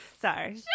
Sorry